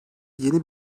yeni